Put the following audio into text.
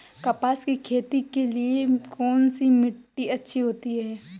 कपास की खेती के लिए कौन सी मिट्टी अच्छी होती है?